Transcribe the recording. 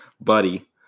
Buddy